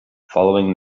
following